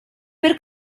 per